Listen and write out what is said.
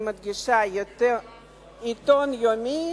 אני מדגישה: עיתון יומי